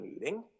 meeting